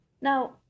now